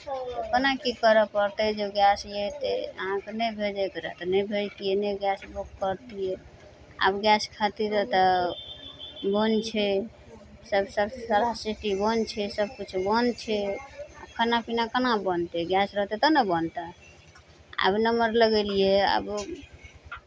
कोना की करय पड़तै जे गैस अयतै अहाँकेँ नहि भेजयके रहै तऽ नहि भेजतियै नहि गैस बुक करितियै आब गैस खातिर एतय बन्द छै सभ सारा सिटी बन्द छै सभकिछु बन्द छै खाना पीना केना बनतै गैस रहतै तब ने बनतै आब नम्बर लगेलियै आब ओ